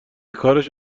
کارش